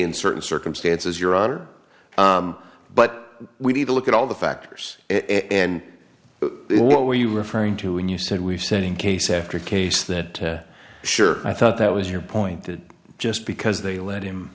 in certain circumstances your honor but we need to look at all the factors and what were you referring to when you said we've seen in case after case that sure i thought that was your point that just because they let him